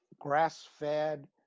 grass-fed